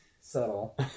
Subtle